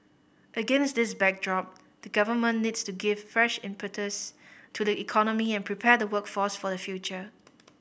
against this backdrop the Government needs to give fresh impetus to the economy and prepare the workforce for the future